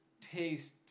taste